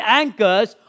anchors